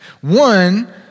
One